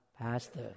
pastor